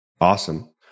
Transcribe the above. Awesome